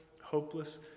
hopeless